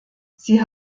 sie